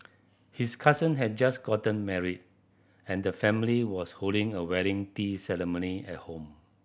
his cousin had just gotten married and the family was holding a wedding tea ceremony at home